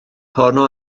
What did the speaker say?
honno